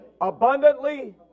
Abundantly